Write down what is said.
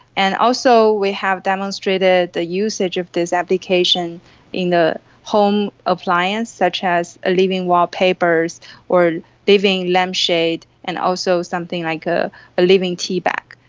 and also we have demonstrated the usage of this application in the home appliance such as ah living wallpapers or living lampshades, and also something like a living teabag.